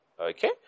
Okay